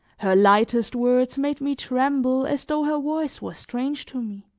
her lightest words made me tremble as though her voice was strange to me